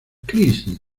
crisis